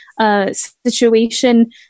situation